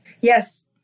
Yes